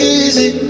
easy